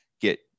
get